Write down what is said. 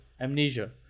Amnesia